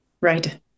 Right